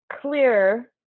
clear